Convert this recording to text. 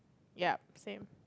yup same